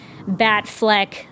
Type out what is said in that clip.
Batfleck